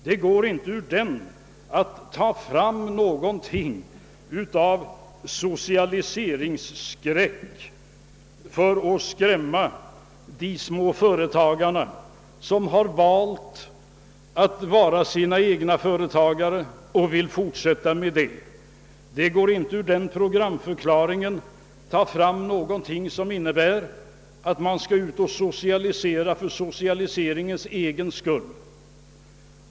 Det går inte att ur den hämta underlag för att skapa socialiseringsskräck och skrämma dem som valt att vara egna företagare och vill fortsätta med det. Det går inte att ur den programförklaringen ta fram någonting som visar att vi vill socialisera för socialiseringens egen skull.